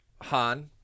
Han